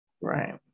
Right